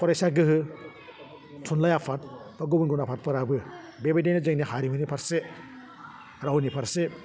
फरायसा गोहो थुनलाइ आफाद बा गुबुन गुबुन आफादफोराबो बेबायदिनो जोंनि हारिमुनि फारसे रावनि फारसे